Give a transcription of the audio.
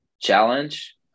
challenge